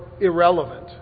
irrelevant